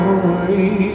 away